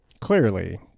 clearly